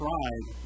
Pride